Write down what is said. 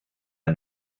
der